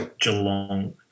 Geelong